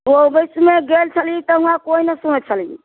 ऑफिसमे गेल छली तऽ हुवाँ कोइ न सुनै छलै